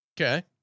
Okay